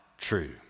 true